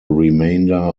remainder